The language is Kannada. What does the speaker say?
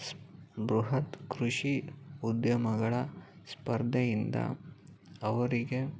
ಸ್ಪ್ ಬೃಹತ್ ಕೃಷಿ ಉದ್ಯಮಗಳ ಸ್ಪರ್ಧೆಯಿಂದ ಅವರಿಗೆ